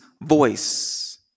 voice